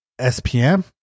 SPM